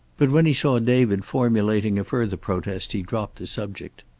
but when he saw david formulating a further protest he dropped the subject.